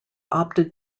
opted